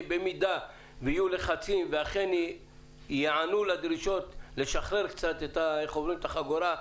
במידה ויהיו לחצים ואכן ייענו לדרישות לשחרר קצת את החגורה,